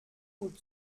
gut